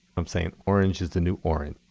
i'm saying orange is the new orange.